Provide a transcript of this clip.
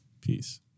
Peace